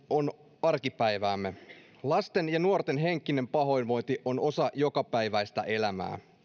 on arkipäiväämme lasten ja nuorten henkinen pahoinvointi on osa jokapäiväistä elämää